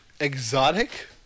exotic